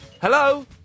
Hello